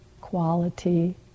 quality